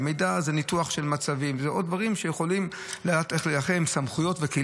דוגמה היא ניתוח של מצבים ועוד דברים שדרכם יכולים